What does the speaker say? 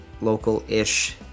local-ish